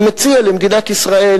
אני מציע למדינת ישראל,